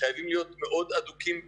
חייבים להיות מאוד הדוקים בזה.